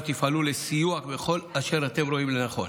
פעלו לסיוע בכל אשר אתם רואים לנכון.